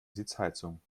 sitzheizung